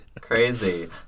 Crazy